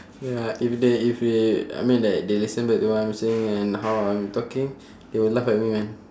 ya if they if they I mean like they listen back to what I'm saying and how I'm talking they will laugh at me man